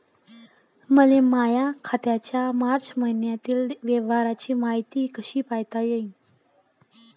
मले माया खात्याच्या मार्च मईन्यातील व्यवहाराची मायती कशी पायता येईन?